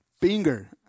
finger